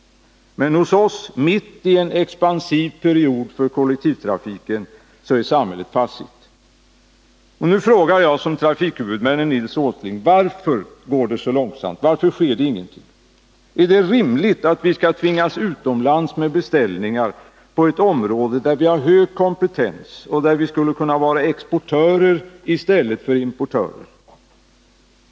Men hos oss, mitt i en expansiv period för kollektivtrafiken, är samhället passivt. Nu frågar jagsom trafikhuvudmännen, Nils Åsling: Varför går det så långsamt? Varför sker det ingenting? Är det rimligt att vi skall tvingas utomlands med beställningar på ett område där vi har hög kompetens och där vi skulle kunna vara exportörer i stället för importörer?